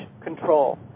control